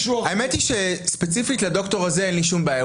האמת היא שספציפית לדוקטור הזה אין לי שום בעיה.